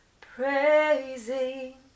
Praising